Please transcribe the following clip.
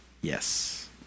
Yes